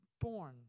born